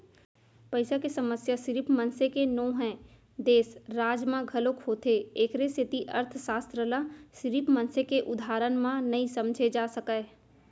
पइसा के समस्या सिरिफ मनसे के नो हय, देस, राज म घलोक होथे एखरे सेती अर्थसास्त्र ल सिरिफ मनसे के उदाहरन म नइ समझे जा सकय